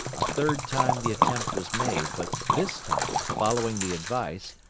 a third time the attempt was made, but this time, following the advice,